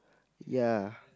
ya